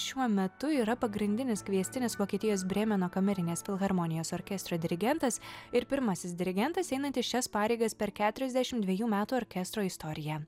šiuo metu yra pagrindinis kviestinis vokietijos brėmeno kamerinės filharmonijos orkestro dirigentas ir pirmasis dirigentas einantis šias pareigas per keturiasdešim dvejų metų orkestro istoriją